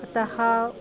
अतः